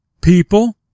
People